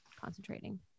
concentrating